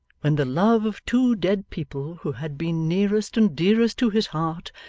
when the love of two dead people who had been nearest and dearest to his heart,